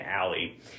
alley